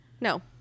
No